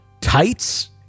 tights